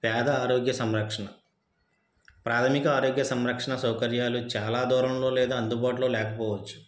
పేద ఆరోగ్య సంరక్షణ ప్రాథమిక ఆరోగ్య సంరక్షణ సౌకర్యాలు చాలా దూరంలో లేదా అందుబాటులో లేకపోవచ్చు